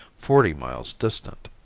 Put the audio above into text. forty miles distant.